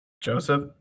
Joseph